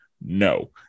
No